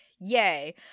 yay